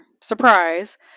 Surprise